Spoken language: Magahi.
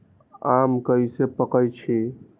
आम कईसे पकईछी?